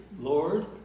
Lord